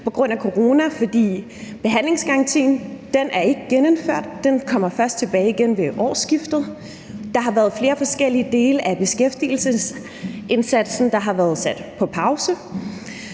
på grund af corona, for behandlingsgarantien er ikke genindført. Den kommer først tilbage igen ved årsskiftet. Der har været flere forskellige dele af beskæftigelsesindsatsen, der har været sat på pause.